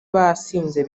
basinze